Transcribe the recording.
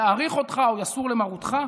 יעריך אותך או יסור למרותך?